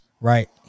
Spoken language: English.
right